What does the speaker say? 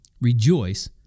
rejoice